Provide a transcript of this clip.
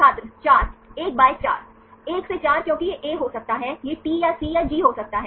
छात्र 4 1 बाय 4 1 से 4 क्योंकि यह ए हो सकता है यह टी या सी या जी हो सकता है